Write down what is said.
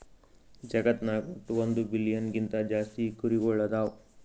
ಜಗತ್ನಾಗ್ ವಟ್ಟ್ ಒಂದ್ ಬಿಲಿಯನ್ ಗಿಂತಾ ಜಾಸ್ತಿ ಕುರಿಗೊಳ್ ಅದಾವ್